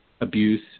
abuse